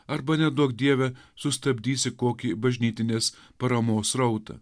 arba neduok dieve sustabdysi kokį bažnytinės paramos srautą